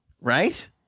right